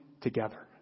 together